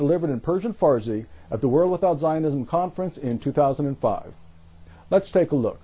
delivered in persian farsi at the world without zionism conference in two thousand and five let's take a look